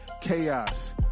chaos